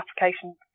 applications